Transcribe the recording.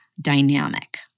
dynamic